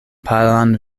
palan